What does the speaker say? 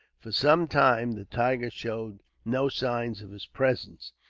for some time the tiger showed no signs of his presence,